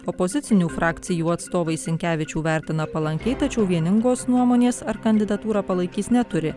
opozicinių frakcijų atstovai sinkevičių vertina palankiai tačiau vieningos nuomonės ar kandidatūrą palaikys neturi